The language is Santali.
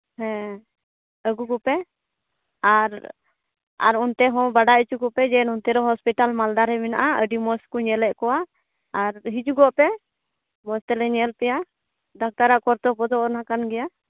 ᱦᱮᱸ ᱟᱹᱜᱩ ᱠᱚᱯᱮ ᱟᱨ ᱟᱨ ᱚᱱᱛᱮ ᱦᱚᱸ ᱵᱟᱲᱟᱭ ᱦᱚᱪᱚ ᱠᱚᱯᱮ ᱡᱮ ᱱᱚᱱᱛᱮ ᱨᱮᱦᱚᱸ ᱦᱚᱥᱯᱤᱴᱟᱞ ᱢᱟᱞᱫᱟ ᱨᱮ ᱢᱮᱱᱟᱜᱼᱟ ᱟᱹᱰᱤ ᱢᱚᱡᱽ ᱠᱚ ᱧᱮᱞᱮᱫ ᱠᱚᱣᱟ ᱟᱨ ᱦᱤᱡᱩᱜᱚᱜ ᱯᱮ ᱢᱚᱡᱽ ᱛᱮᱞᱮ ᱧᱮᱞ ᱯᱮᱭᱟ ᱰᱟᱠᱛᱟᱨ ᱟᱜ ᱠᱚᱨᱛᱚᱵᱵᱚ ᱫᱚ ᱚᱱᱟ ᱠᱟᱱ ᱜᱮᱭᱟ